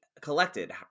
collected